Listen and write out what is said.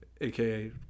aka